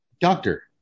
Doctor